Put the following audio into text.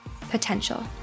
potential